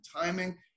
timing